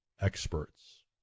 experts